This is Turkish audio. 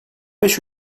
beş